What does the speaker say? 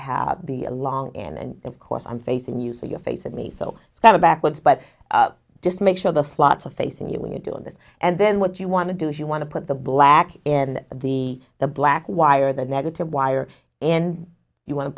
have the along and of course i'm facing you so your face at me so kind of backwards but just make sure the slots are facing you when you're doing this and then what you want to do is you want to put the black in the the black wire the negative wire and you want to